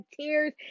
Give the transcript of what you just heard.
tears